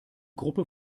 gruppe